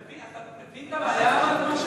אדוני, אתה מבין את הבעיה, אבל?